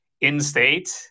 in-state